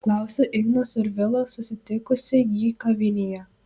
klausiu igno survilos susitikusi jį kavinėje